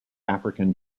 african